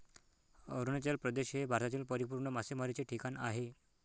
अरुणाचल प्रदेश हे भारतातील परिपूर्ण मासेमारीचे ठिकाण आहे